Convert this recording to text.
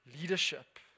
Leadership